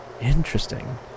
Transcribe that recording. Interesting